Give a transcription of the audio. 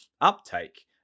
uptake